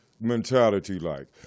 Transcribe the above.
mentality-like